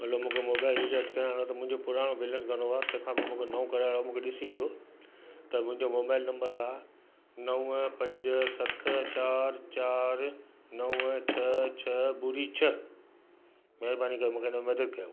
हलो मूंखे mobile recharge कराइणो आहे मुंहिंजो पुराणो बैलेंस घणो आहे तंहिं खां पोइ मूंखे नओं कराइणो आहे ॾिसी ॾियो त मुंहिंजो मोबाइल नम्बर आहे नव पंज सत चारि चारि नव छह छह ॿुड़ी छह महिबानी करे मूंखे हिन में मदद कयो